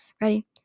Ready